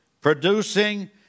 producing